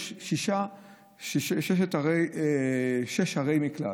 יש שש ערי מקלט,